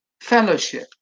fellowship